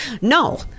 No